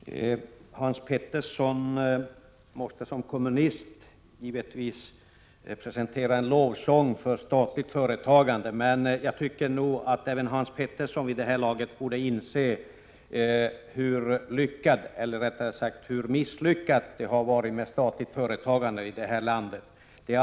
Herr talman! Hans Petersson i Hallstahammar måste som kommunist givetvis stämma upp en lovsång över statligt företagande, men jag tycker att även han vid det här laget borde inse hur misslyckat det statliga företagandet i vårt land har varit.